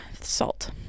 salt